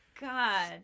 God